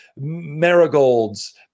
marigolds